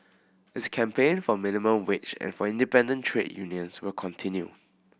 its campaign for minimum wage and for independent trade unions will continue